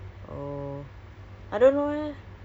but it's limited to five